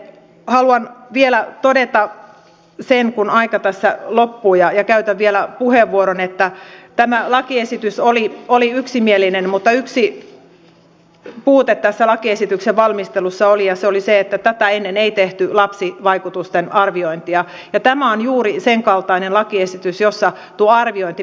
haluan vielä todeta sen kun aika tässä loppuu ja käytän vielä puheenvuoron että tämä lakiesitys oli yksimielinen mutta yksi puute tässä lakiesityksen valmistelussa oli ja se oli se että tätä ennen ei tehty lapsivaikutusten arviointia ja tämä on juuri senkaltainen lakiesitys jossa tuo arviointi pitäisi tehdä